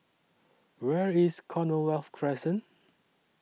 Where IS Commonwealth Crescent